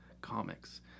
comics